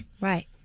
Right